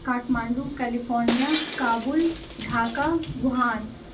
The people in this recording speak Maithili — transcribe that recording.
Kathmandu California Kabul Dhaka Wuhan